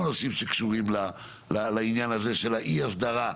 ראשים שקשורים לעניין הזה של אי ההסדרה,